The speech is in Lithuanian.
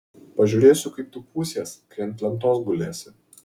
pažiūrėsiu kaip tu pūsies kai ant lentos gulėsi